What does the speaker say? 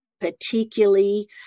particularly